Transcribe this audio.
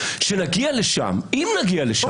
כשנגיע לשם אם נגיע לשם.